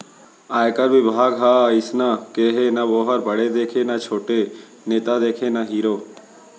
आयकर बिभाग ह अइसना हे के ना वोहर बड़े देखय न छोटे, नेता देखय न हीरो